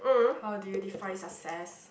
how do you define success